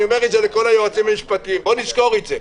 אני אומר את זה לכל היועצים המשפטיים שיזכרו את זה.